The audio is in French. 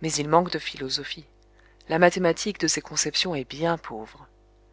mais il manque de philosophie la mathématique de ses conceptions est bien pauvre